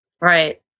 Right